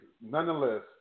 nonetheless